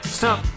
stop